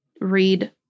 read